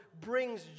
brings